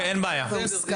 דיברנו על זה וזה הוסכם.